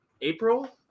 April